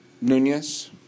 Nunez